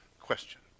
question